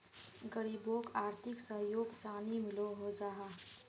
गरीबोक आर्थिक सहयोग चानी मिलोहो जाहा?